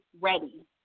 ready